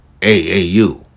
AAU